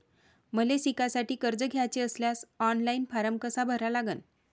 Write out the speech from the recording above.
मले शिकासाठी कर्ज घ्याचे असल्यास ऑनलाईन फारम कसा भरा लागन?